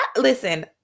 Listen